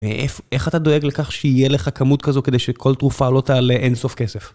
איך אתה דואג לכך שיהיה לך כמות כזו כדי שכל תרופה לא תעלה אינסוף כסף?